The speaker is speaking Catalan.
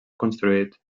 construït